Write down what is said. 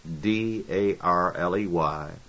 D-A-R-L-E-Y